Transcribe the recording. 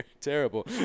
terrible